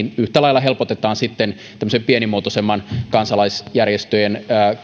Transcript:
yhtä lailla helpotetaan sitten tämmöisen pienimuotoisemman kansalaisjärjestöjen